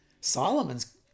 Solomon's